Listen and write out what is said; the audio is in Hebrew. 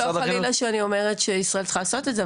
זה לא חס וחלילה שאני אומרת שישראל צריכה לעשות את זה,